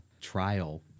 trial